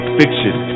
fiction